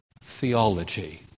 theology